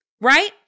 right